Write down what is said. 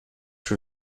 جور